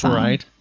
right